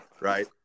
right